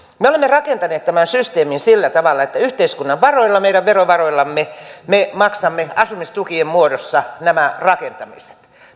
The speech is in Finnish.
me olemme rakentaneet tämän systeemin sillä tavalla että yhteiskunnan varoilla meidän verovaroillamme me maksamme asumistukien muodossa nämä rakentamiset